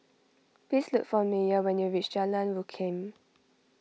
please look for Meyer when you reach Jalan Rukam